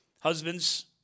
Husbands